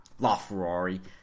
LaFerrari